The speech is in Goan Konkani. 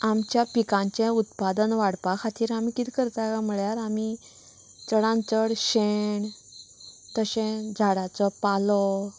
आमच्या पिकाचें उत्पादन वाडपा खातीर आमी कितें करता कांय म्हळ्यार आमी चडांत चड शेंण तशें झाडांचो पालो